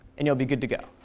and you'll be good to go.